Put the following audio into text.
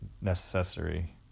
necessary